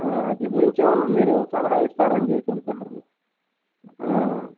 వాటి గురించి ఏమైనా మీరు సలహా ఇస్తారు అని చేసాను సార్